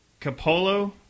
Capolo